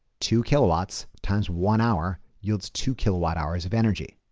two kilowatts times one hour, yields two kilowatt hours of energy.